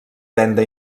venda